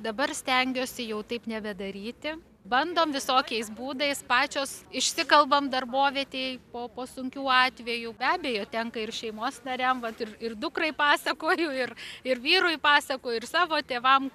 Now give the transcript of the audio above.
dabar stengiuosi jau taip nebedaryti bandom visokiais būdais pačios išsikalbam darbovietėj po po sunkių atvejų be abejo tenka ir šeimos nariam vat ir ir dukrai pasakoju ir ir vyrui pasakoju ir savo tėvam